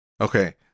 Okay